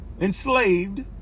enslaved